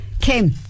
Kim